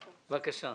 בבקשה.